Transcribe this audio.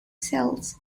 sales